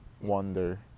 wonder